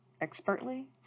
expertly